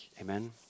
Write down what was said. Amen